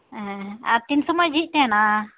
ᱦᱮᱸ ᱟᱨ ᱛᱤᱱ ᱥᱚᱢᱚᱭ ᱡᱷᱤᱡ ᱛᱟᱦᱮᱱᱟ